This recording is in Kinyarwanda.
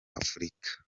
afurika